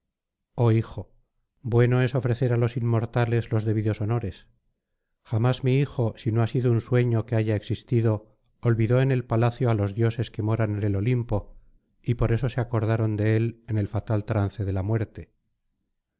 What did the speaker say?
oh hijo bueno es ofrecer á los inmortales los debidos dones jamás mi hijo si no ha sido un sueño que haya existido olvidó en el palacio á los dioses que moran en el olimpo y por esto se acordaron de él en el fatal trance de la muerte